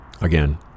again